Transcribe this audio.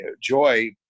joy